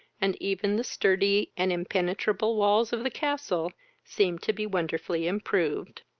and even the sturdy and impenetrable walls of the castle seemed to be wonderfully improved.